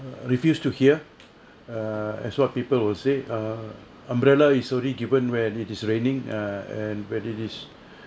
err refused to hear err as what people will say a umbrella is already given when it is raining err and where it is